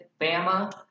Bama